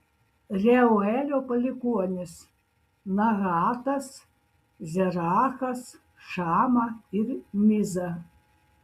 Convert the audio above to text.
reuelio palikuonys nahatas zerachas šama ir miza